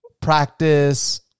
practice